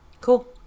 cool